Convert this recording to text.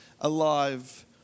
alive